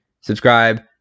Subscribe